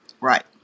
Right